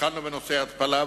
התחלנו בנושא ההתפלה,